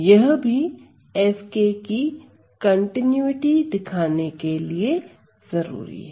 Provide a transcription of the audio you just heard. यह भी F की कंटिन्यूटी दिखाने के लिए जरूरी है